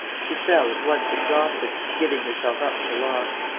she fell, at once exhausted, giving herself up for lost.